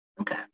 Okay